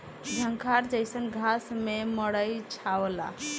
झंखार जईसन घास से मड़ई छावला